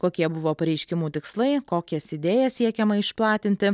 kokie buvo pareiškimų tikslai kokias idėjas siekiama išplatinti